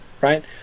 right